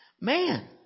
Man